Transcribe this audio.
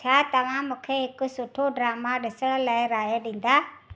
छा तव्हां मूंखे हिकु सुठो ड्रामा ॾिसण लाइ राइ ॾींदा